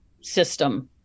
system